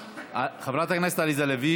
חברת הכנסת עליזה לביא